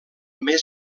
més